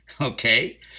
okay